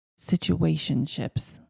situationships